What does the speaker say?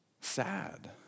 sad